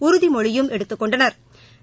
உறுதிமொழியும் எடுத்துக் கொண்டனா்